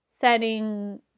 setting